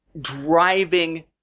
driving